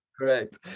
Correct